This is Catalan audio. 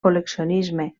col·leccionisme